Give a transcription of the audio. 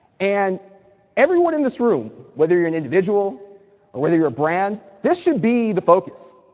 and everyone in this room, whether you're an individual or whether you're a brand, this should be the focus.